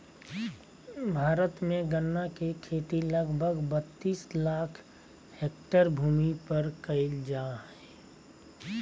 भारत में गन्ना के खेती लगभग बत्तीस लाख हैक्टर भूमि पर कइल जा हइ